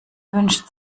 wünscht